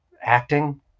acting